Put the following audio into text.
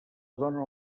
dóna